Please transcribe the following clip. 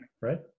Right